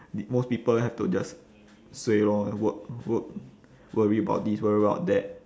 most people have to just suay lor work work worry about this worry about that